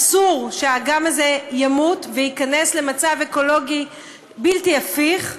אסור שהאגם הזה ימות וייכנס למצב אקולוגי בלתי הפיך,